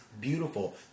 beautiful